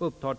upptar